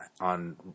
on